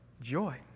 Joy